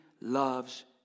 loves